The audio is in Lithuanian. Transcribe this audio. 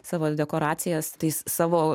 savo dekoracijas tais savo